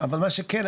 אבל מה שכן,